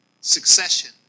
succession